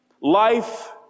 Life